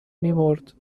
میمرد